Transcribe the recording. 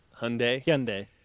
Hyundai